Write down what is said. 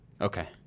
Okay